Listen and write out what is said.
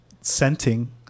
scenting